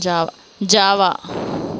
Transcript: Java Java